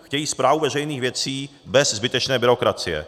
Chtějí správu veřejných věcí bez zbytečné byrokracie.